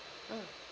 mm